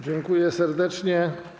Dziękuję serdecznie.